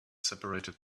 separated